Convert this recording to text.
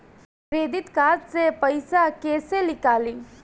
Credit card से पईसा केइसे निकली?